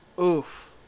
Oof